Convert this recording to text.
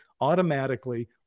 automatically